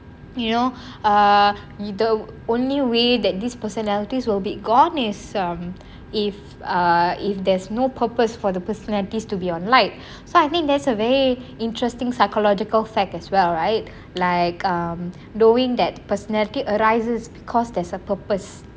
you know err either the only way that these personalities will be gone is um if err if there's no purpose for the personalities to be on light so I think there's a very interesting psychological fact as well right like um doing knowing that personality arises because there's a purpose